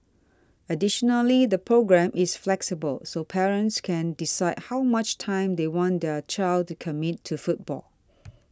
additionally the programme is flexible so parents can decide how much time they want their child to commit to football